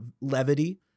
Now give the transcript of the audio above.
levity